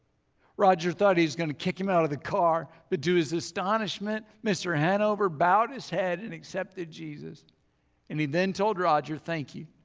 roger thought he was gonna kick him out of the car but to his astonishment mr. hanover bowed his head and accepted jesus and he then told roger thank you.